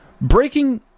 breaking